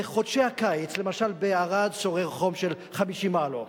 בחודשי הקיץ, למשל בערד, שורר חום של 50 מעלות.